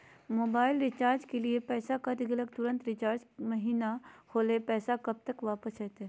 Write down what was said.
Mobile recharge के लिए पैसा कट गेलैय परंतु रिचार्ज महिना होलैय, पैसा कब तक वापस आयते?